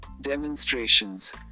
demonstrations